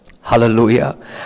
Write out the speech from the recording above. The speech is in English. Hallelujah